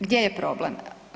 Gdje je problem?